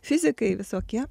fizikai visokie